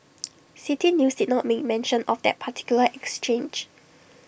City News did not make mention of that particular exchange